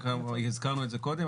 הזכרנו את זה קודם,